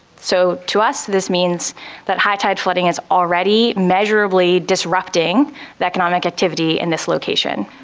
so to us this means that high tide flooding is already measurably disrupting the economic activity in this location.